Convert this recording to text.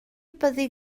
byddi